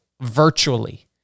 virtually